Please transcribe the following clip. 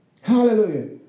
Hallelujah